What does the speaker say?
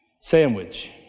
sandwich